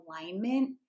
alignment